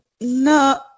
No